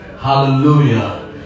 hallelujah